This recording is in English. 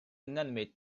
inanimate